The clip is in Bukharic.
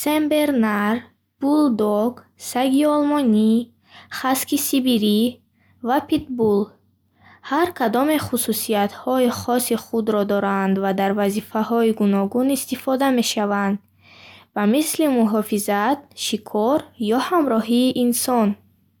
сенбернар, булдог, саги олмонӣ, хаски сибирӣ ва питбул. Ҳар кадоме хусусиятҳои хоси худро доранд ва дар вазифаҳои гуногун истифода мешаванд, ба мисли муҳофизат, шикор ё ҳамроҳии инсон.